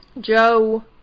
Joe